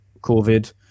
covid